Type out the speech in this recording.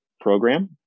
program